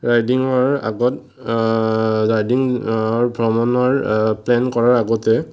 ৰাইডিংৰ আগত ৰাইডিং ভ্ৰমণৰ প্লেন কৰাৰ আগতে